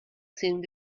seemed